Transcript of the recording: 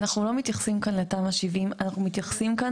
אנחנו לא מתייחסים כאן לתמ"א 70. אנחנו מתייחסים כאן